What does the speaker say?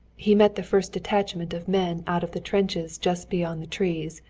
he met the first detachment of men out of the trenches just beyond the trees,